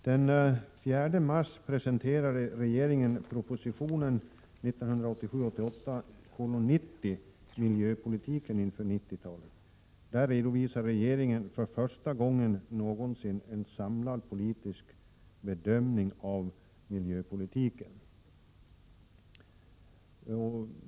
Herr talman! Den 4 mars presenterade regeringen proposition 1987/88:90, Miljöpolitiken inför 90-talet. Där redovisar regeringen för första gången någonsin en samlad politisk bedömning av miljöpolitiken.